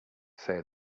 say